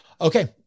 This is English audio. okay